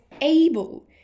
able